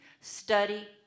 study